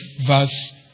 verse